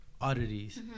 Oddities